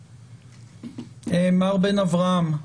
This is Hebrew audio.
מר בן אברהם,